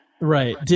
Right